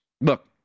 look